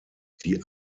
die